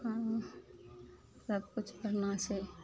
आओर ने सब किछु करना छै